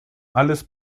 alles